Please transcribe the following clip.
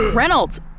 Reynolds